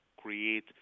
create